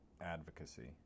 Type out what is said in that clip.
advocacy